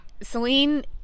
Celine